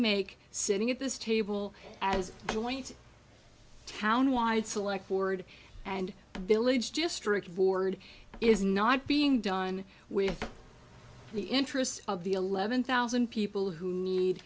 make sitting at this table as joint town wide select board and village district board is not being done with the interests of the eleven thousand people who need